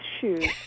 shoes